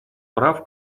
прав